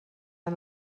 han